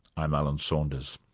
i'm alan saunders.